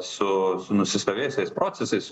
su nusistovėjusiais procesais